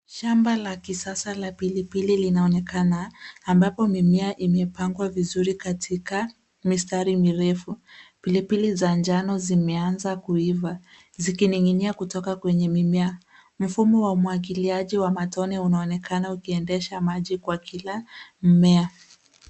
Shamba la kisasa la pilipili linaonekana, ambapo mimea imepangwa vizuri katika mistari mirefu. Pilipili za jano zimeanza kuiva zikining'inia kutoka kwenye mimea. Mfumo wa umwagiliaji wa matone unaonekana ukiendesha maji kwa kila mmea.